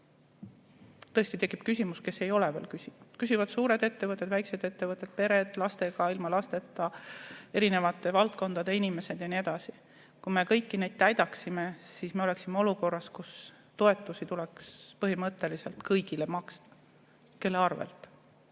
Tõesti tekib küsimus, kes ei ole veel küsinud. Küsivad suured ettevõtted, väikesed ettevõtted, pered lastega, ilma lasteta, erinevate valdkondade inimesed ja nii edasi. Kui me kõiki neid [soove] täidaksime, siis me oleksime olukorras, kus toetusi tuleks põhimõtteliselt maksta kõigile. Kelle arvelt?